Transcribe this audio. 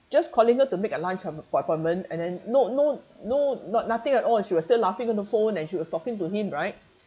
just calling her to make a lunch appointment and then not no no not nothing at all she was still laughing on the phone and she was talking to him right